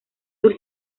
sur